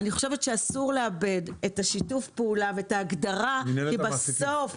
אני חושבת שאסור לאבד את שיתוף הפעולה ואת ההגדרה כי בסוף,